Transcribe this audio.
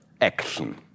action